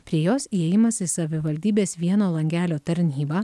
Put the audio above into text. prie jos įėjimas į savivaldybės vieno langelio tarnybą